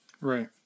Right